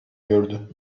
gördü